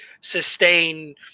sustain